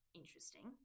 interesting